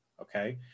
Okay